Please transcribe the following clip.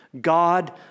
God